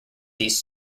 these